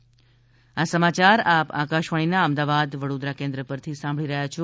corona સંદેશ આ સમાચાર આપ આકાશવાણીના અમદાવાદ વડોદરા કેન્દ્ર પરથી સાંભળી રહ્યા છો